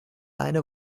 eine